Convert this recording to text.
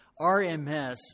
RMS